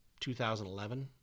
2011